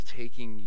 taking